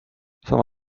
sama